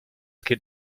geht